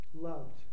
Loved